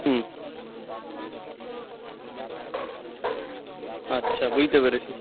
হুম আচ্ছা বুঝতে পেরেছি